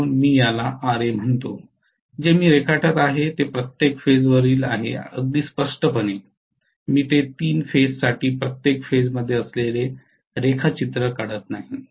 म्हणून मी याला Ra म्हणतो जे मी रेखाटत आहे ते प्रत्येक फेजवरील आहे अगदी स्पष्टपणे मी ते 3 फेजसाठी प्रत्येक फेजमध्ये असलेले रेखाचित्र काढत नाही